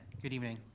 good evening.